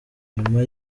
nyuma